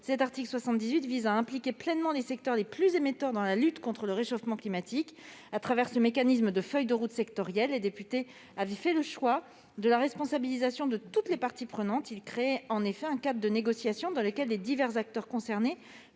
multipartites, en impliquant pleinement les secteurs les plus émetteurs dans la lutte contre le réchauffement climatique. Au travers de ce mécanisme de feuilles de route sectorielles, les députés avaient fait le choix de la responsabilisation de toutes les parties prenantes, en créant un cap de négociation, dans laquelle les divers acteurs concernés